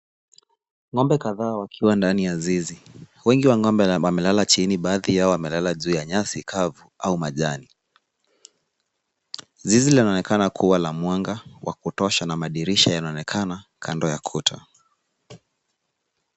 Ng'ombe kadhaa wakiwa ndani ya zizi. Wengi wa ng'ombe wamelala chini baadhi yao wamelala juu ya nyasi kavu au majani. Zizi linaonekana kuwa na mwanga wa kutosha na madirisha yanaonekana kando ya kuta.